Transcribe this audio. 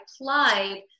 applied